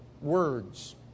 words